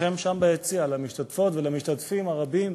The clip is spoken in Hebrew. לכם שם ביציע, למשתתפות ולמשתתפים הרבים,